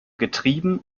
getrieben